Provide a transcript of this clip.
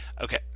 Okay